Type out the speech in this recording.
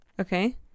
Okay